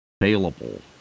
available